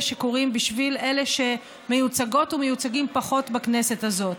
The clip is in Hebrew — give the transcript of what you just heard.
שקורים בשביל אלה שמיוצגות ומיוצגים פחות בכנסת הזאת.